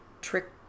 trick